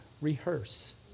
rehearse